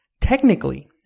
Technically